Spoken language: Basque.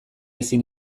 ezin